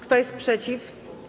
Kto jest przeciw?